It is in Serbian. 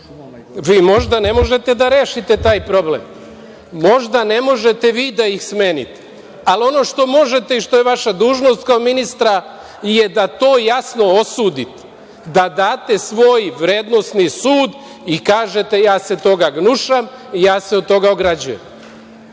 Vi možda ne možete da rešite taj problem, možda ne možete vi da ih smenite, ali ono što možete i što je vaša dužnost kao ministra je da to jasno osudite, da date svoj vrednosni sud i kažete – ja se toga gnušam, ja se od toga ograđujem.